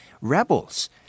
rebels